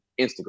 Instagram